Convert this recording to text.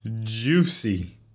Juicy